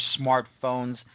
smartphones